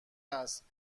است